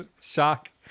shock